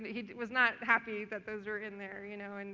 he was not happy that those were in there, you know? and